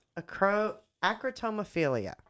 acrotomophilia